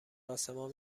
آسمان